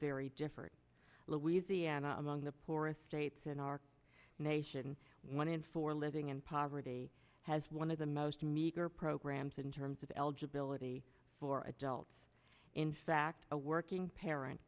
very different louisiana among the poorest states in our nation one in four living in poverty has one of the most meager programs in terms of eligibility for adults in fact a working parent